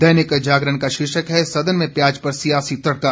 दैनिक जागरण का शीर्षक है सदन में प्याज पर सियासी तड़का